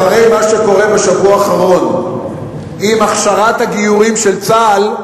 אחרי מה שקורה בשבוע האחרון עם הכשרת הגיורים של צה"ל,